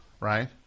Right